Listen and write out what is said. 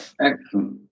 Excellent